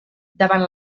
davant